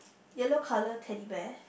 yellow colour Teddy Bear